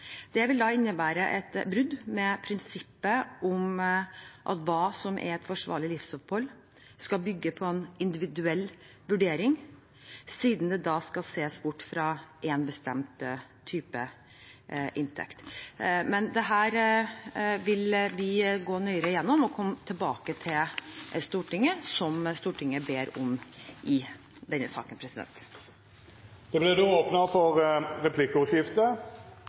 Det vil innebære et brudd med prinsippet om at det som er et forsvarlig livsopphold, skal bygge på en individuell vurdering, siden det da skal ses bort fra en bestemt type inntekt. Men dette vil vi gå nøyere gjennom og komme tilbake til Stortinget med, slik Stortinget ber om i denne saken.